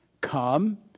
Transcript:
Come